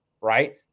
right